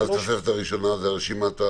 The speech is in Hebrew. התוספת הראשונה, היא הרשימה?